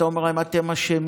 אתה אומר להם: אתם אשמים,